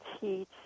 teach